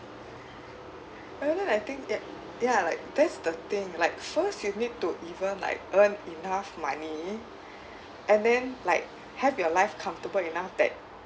no wonder I think y~ ya like that's the thing like first you need to even like earn enough money and then like have your life comfortable enough that